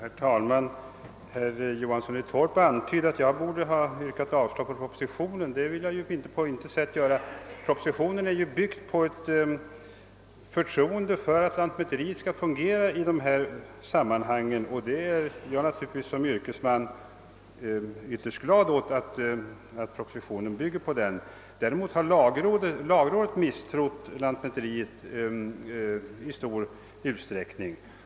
Herr talman! Herr Johansson i Torp ansåg att jag borde yrka avslag på propositionen. Det vill jag dock på intet sätt göra. Propositionen är ju byggd på ett förtroende för att lantmäteriet skall fungera i dessa sammanhang, och jag är naturligtvis som yrkesman ytterst glad åt att propositionen har denna utgångspunkt. Däremot har lagrådet i stor utsträckning misstrott lantmäteriet.